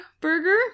burger